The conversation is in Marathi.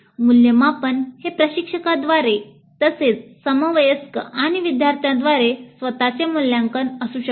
मूल्यमापन हे प्रशिक्षकाद्वारे तसेच समवयस्क आणि विद्यार्थ्यांद्वारे स्वत चे मूल्यांकन असू शकते